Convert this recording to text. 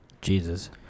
Jesus